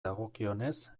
dagokionez